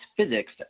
physics